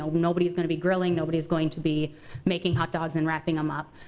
ah nobody's gonna be grilling, nobody's going to be making hotdogs and wrapping them up.